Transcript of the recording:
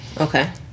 Okay